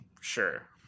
sure